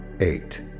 eight